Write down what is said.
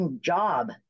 job